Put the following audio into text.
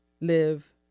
live